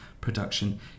production